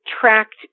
tracked